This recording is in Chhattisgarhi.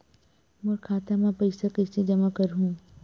मोर खाता म पईसा कइसे जमा करहु?